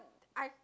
I